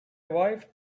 wife